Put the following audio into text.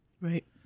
Right